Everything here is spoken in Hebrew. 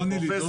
פרופ'